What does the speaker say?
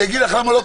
אני אגיד לך למה לא.